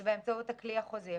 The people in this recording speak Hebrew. זה באמצעות הכלי החוזי.